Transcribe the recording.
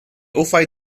ufaj